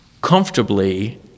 comfortably